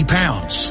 pounds